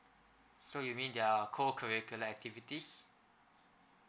so you mean their cocurricular activities